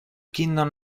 kingdom